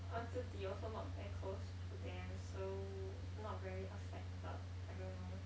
uh 自己 also not very close to them so not very affected I don't know